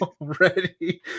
already